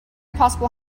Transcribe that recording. possible